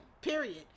period